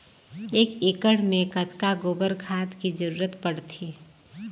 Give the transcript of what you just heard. एक एकड़ मे कतका गोबर खाद के जरूरत पड़थे?